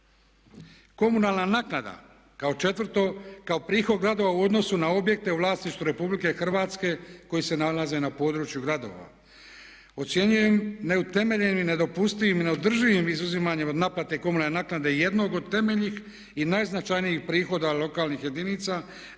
Komunalna naknada kao 4., kao prihod gradova u odnosu na objekte u vlasništvu RH koji se nalaze na području gradova. Ocjenjujem neutemeljenim, nedopustivim i neodrživim izuzimanje od naplate komunalne naknade jednog od temeljnih i najznačajnijih prihoda lokalnih jedinica